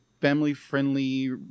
family-friendly